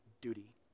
duty